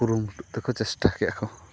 ᱠᱩᱨᱩᱢᱩᱴᱩ ᱛᱮᱠᱚ ᱪᱮᱥᱴᱟ ᱠᱮᱫᱼᱟᱠᱚ